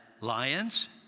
lions